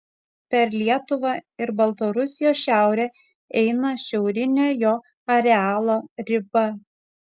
per lietuvą ir baltarusijos šiaurę eina šiaurinė jo arealo riba